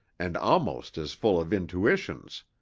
and almost as full of intuitions.